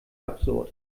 absurd